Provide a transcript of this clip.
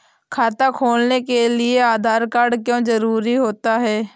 खाता खोलने के लिए आधार कार्ड क्यो जरूरी होता है?